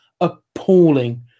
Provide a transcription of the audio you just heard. appalling